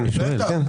התשובה היא כן.